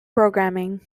programming